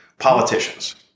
politicians